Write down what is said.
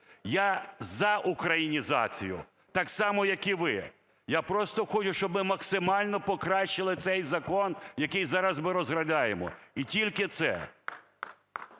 Я за українізацію так само, як і ви, я просто хочу, щоб ми максимально покращили цей закон, який зараз ми розглядаємо, і тільки це.